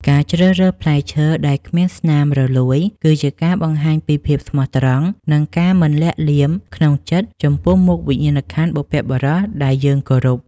ការជ្រើសរើសផ្លែឈើដែលគ្មានស្នាមរលួយគឺជាការបង្ហាញពីភាពស្មោះត្រង់ និង ការមិនលាក់លៀមក្នុងចិត្តចំពោះមុខវិញ្ញាណក្ខន្ធបុព្វបុរសដែលយើងគោរព។